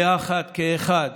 יחד כאחד